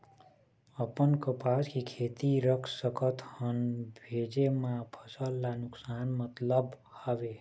अपन कपास के खेती रख सकत हन भेजे मा फसल ला नुकसान मतलब हावे?